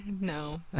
No